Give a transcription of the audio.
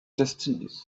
destinies